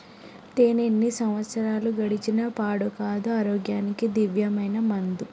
తేనే ఎన్ని సంవత్సరాలు గడిచిన పాడు కాదు, ఆరోగ్యానికి దివ్యమైన మందు